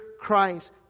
Christ